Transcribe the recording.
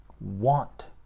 want